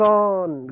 on